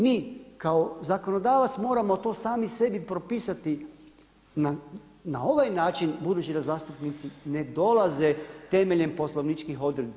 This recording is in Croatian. Mi kao zakonodavac moramo to sami sebi propisati na ovaj način budući da zastupnici ne dolaze temeljem poslovničkih odredbi.